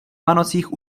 vánocích